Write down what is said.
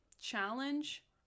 challenge